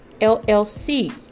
LLC